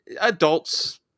adults